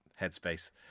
headspace